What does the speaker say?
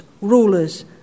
rulers